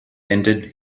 ended